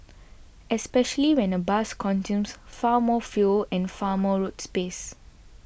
especially when a bus consumes far more fuel and far more road space